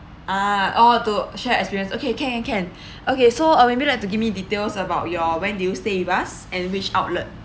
uh oh to share experience okay can can can okay so uh maybe would like to give me details about your when did you stay with us and which outlet